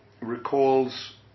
recalls